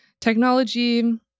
technology